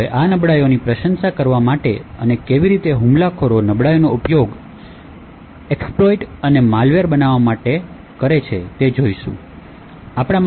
હવે આ નબળાઈઓની પ્રશંસા કરવા માટે અને કેવી રીતે હુમલાખોરો નબળાઈઓ ઉપયોગ એક્સ્પ્લોઇટ્સ અને માલવેર બનાવવા માટે નબળાઈઓનો ઉપયોગ કરે છે